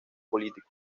político